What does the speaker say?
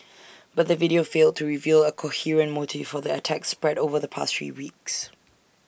but the video failed to reveal A coherent motive for the attacks spread over the past three weeks